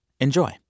Enjoy